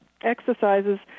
exercises